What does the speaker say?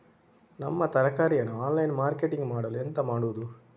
ನಮ್ಮ ತರಕಾರಿಯನ್ನು online marketing ಮಾಡಲು ಎಂತ ಮಾಡುದು?